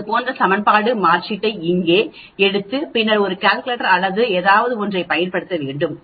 இது போன்ற சமன்பாடு மாற்றீட்டை இங்கே எடுத்து பின்னர் ஒரு கால்குலேட்டர் அல்லது ஏதாவது ஒன்றைப் பயன்படுத்த வேண்டும்